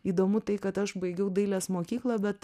įdomu tai kad aš baigiau dailės mokyklą bet